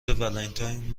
ولنتاین